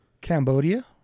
Cambodia